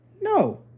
No